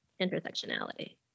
intersectionality